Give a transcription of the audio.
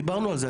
דיברנו על זה,